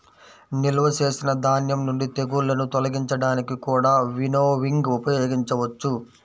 నిల్వ చేసిన ధాన్యం నుండి తెగుళ్ళను తొలగించడానికి కూడా వినోవింగ్ ఉపయోగించవచ్చు